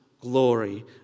glory